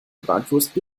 bratwurst